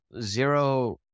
zero